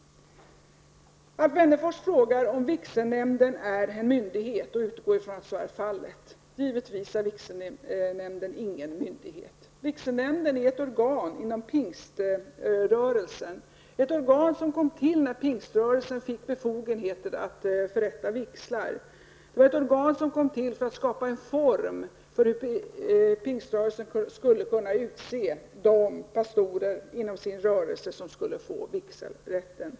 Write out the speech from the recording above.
Alf Wennerfors frågar om vigselnämnden är en myndighet och utgår från att så är fallet. Givetvis är vigselnämnden ingen myndighet. Vigselnämnden är ett organ inom pingströrelsen, ett organ som kom till när pingströrelsen fick befogenheter att förrätta vigsel. Det är ett organ som kom till för att pingströrelsen skulle kunna utse de pastorer inom sin rörelse som skulle få vigselrätten.